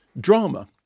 drama